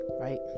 right